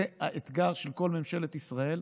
זה האתגר של כל ממשלת ישראל,